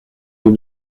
vous